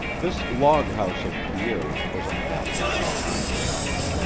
this log house of pierre's was a castle by contrast.